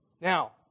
Now